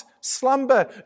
slumber